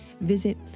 Visit